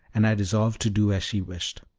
and i resolved to do as she wished.